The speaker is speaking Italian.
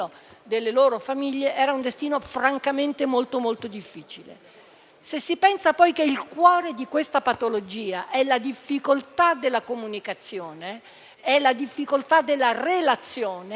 delle loro famiglie, era francamente molto, molto difficile. Se si pensa, poi, che il cuore di questa patologia è la difficoltà della comunicazione, la difficoltà della relazione,